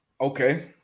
Okay